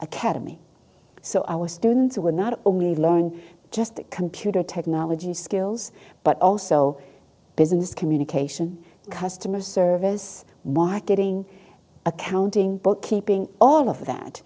academy so our students who are not only learning just computer technology skills but also business communication customer service marketing accounting bookkeeping all of that